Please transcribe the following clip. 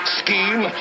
scheme